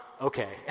Okay